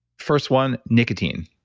first one, nicotine.